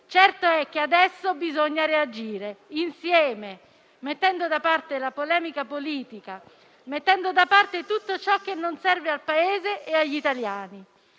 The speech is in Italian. Certo è che adesso bisogna reagire, insieme, mettendo da parte la polemica politica e tutto ciò che non serve al Paese e agli italiani.